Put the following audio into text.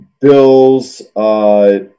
Bills